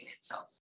cells